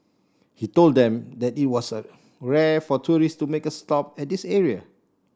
he told them that it was rare for tourists to make a stop at this area